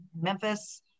Memphis